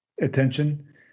attention